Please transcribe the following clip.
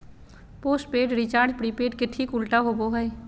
postpaid recharge prepaid के ठीक उल्टा होबो हइ